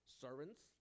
servants